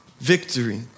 victory